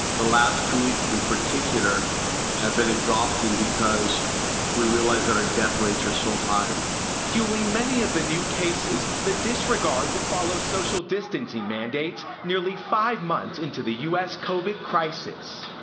the last two weeks in particular have been exhausting because we realize that our death rates are so high. reporter fuelling many of the new cases, the disregard to follow social distancing mandates nearly five months into the u s. covid crisis.